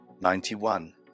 ninety-one